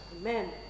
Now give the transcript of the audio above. Amen